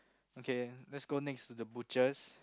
okay let's go next to the butchers